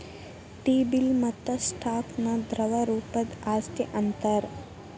T bill ಮತ್ತ stock ನ ದ್ರವ ರೂಪದ್ ಆಸ್ತಿ ಅಂತಾರ್